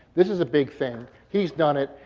this is a big thing. he's done it,